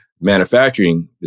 manufacturing